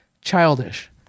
Childish